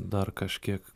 dar kažkiek